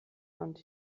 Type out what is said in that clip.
und